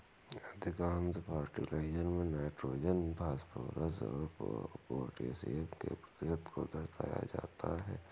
अधिकांश फर्टिलाइजर में nitrogen, phosphorus और पौटेशियम के प्रतिशत को दर्शाया जाता है